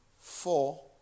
four